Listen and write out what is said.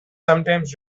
sometimes